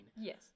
Yes